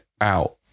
out